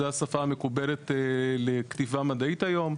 זו השפה המקובלת לכתיבה מדעית היום,